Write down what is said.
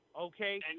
Okay